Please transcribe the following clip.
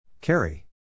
Carry